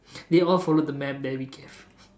they all followed the map that we gave